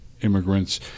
immigrants